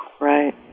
Right